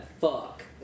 fuck